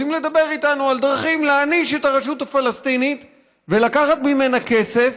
רוצים לדבר איתנו על דרכים להעניש את הרשות הפלסטינית ולקחת ממנה כסף,